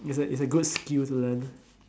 it is it is a good skill to learn